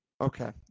Okay